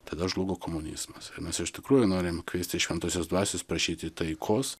tada žlugo komunizmas mes iš tikrųjų norim kviesti šventosios dvasios prašyti taikos